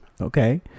Okay